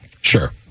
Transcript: sure